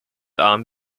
arm